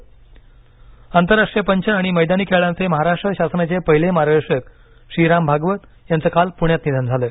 निधन भागवत आंतरराष्ट्रीय पंच आणि मैदानी खेळांचे महाराष्ट्र शासनाचे पहिले मार्गदर्शक श्रीराम भागवत यांचं काल पूण्यात निधन झालं